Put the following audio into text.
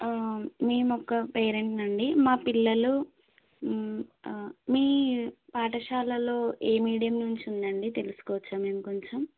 మేమొక పేరెంట్నండి మా పిల్లలు మీ పాఠశాలలో ఏ మీడియం నుంచి ఉందండి తెలుసుకోవచ్చా మేము కొంచెం